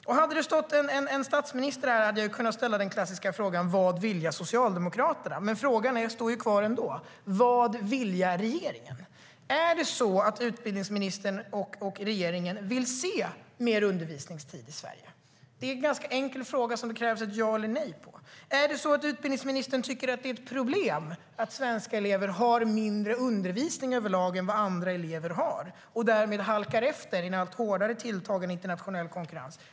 Om det hade stått en statsminister här hade jag kunnat ställa den klassiska frågan: Vad vilja Socialdemokraterna? Men frågan kvarstår: Vad vilja regeringen? Vill utbildningsministern och regeringen se mer undervisningstid i Sverige? Det är en enkel fråga som det krävs ett ja eller nej-svar på. Är det så att utbildningsministern tycker att det är ett problem att svenska elever får mindre undervisning överlag än andra elever får och därmed halkar efter i en allt hårdare tilltagen internationell konkurrens?